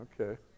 Okay